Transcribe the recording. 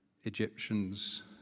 Egyptians